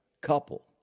couple